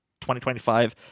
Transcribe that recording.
2025